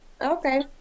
Okay